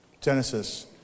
Genesis